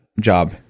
job